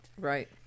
Right